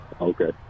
Okay